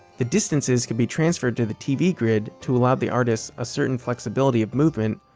the distances could be transferred to the tv grid to allow the artists a certain flexibility of movement,